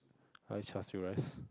I like char-siew rice